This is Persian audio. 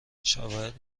شواهد